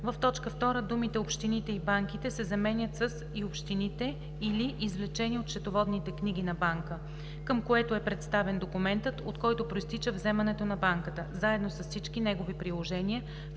В т. 2 думите „общините и банките“ се заменят с „и общините, или извлечение от счетоводните книги на банка, към което е представен документът, от който произтича вземането на банката, заедно с всички негови приложения,